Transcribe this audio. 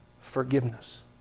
Forgiveness